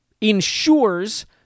ensures